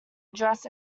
address